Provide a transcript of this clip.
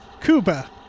Cuba